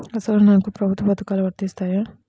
అసలు నాకు ప్రభుత్వ పథకాలు వర్తిస్తాయా?